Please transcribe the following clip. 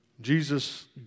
Jesus